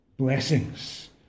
blessings